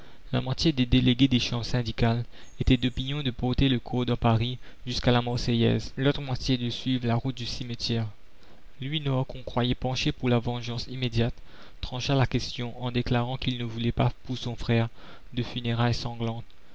la moitié des délégués des chambres syndicales était d'opinion de porter le corps dans paris jusqu'à la marseillaise l'autre moitié de suivre la route du cimetière louis noir qu'on croyait pencher pour la vengeance immédiate trancha la question en déclarant qu'il ne voulait pas pour son frère de funérailles sanglantes